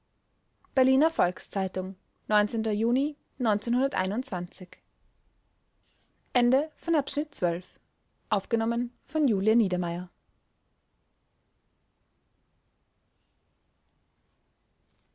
berliner volks-zeitung juni